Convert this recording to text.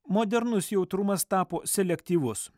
modernus jautrumas tapo selektyvus